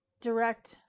direct